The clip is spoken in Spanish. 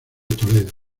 toledo